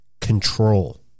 control